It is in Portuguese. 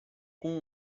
com